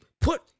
put